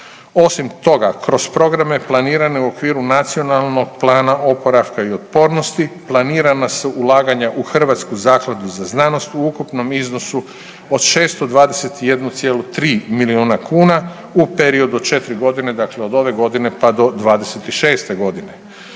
Osim toga kroz programe planirane u okviru NPOO-a planirana su ulaganja u Hrvatsku zakladu za znanost u ukupnom iznosu od 621,3 milijuna kuna u periodu od 4.g., dakle od ove godine, pa do '26.g..